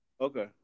Okay